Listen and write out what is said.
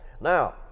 Now